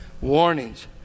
Warnings